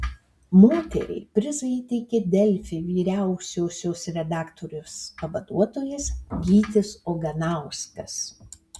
moteriai prizą įteikė delfi vyriausiosios redaktorės pavaduotojas gytis oganauskas